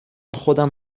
خودم